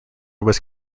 was